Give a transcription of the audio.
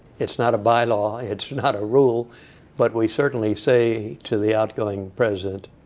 it's not a bylaw, it's not a rule but we certainly say to the outgoing president,